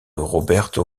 roberto